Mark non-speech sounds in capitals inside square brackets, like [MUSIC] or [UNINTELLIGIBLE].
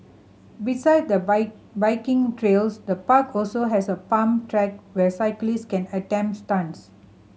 beside the [UNINTELLIGIBLE] biking trails the park also has a pump track where cyclist can attempt stunts